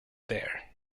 there